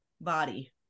body